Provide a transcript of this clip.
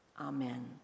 amen